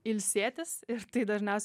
ilsėtis ir tai dažniausia